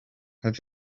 had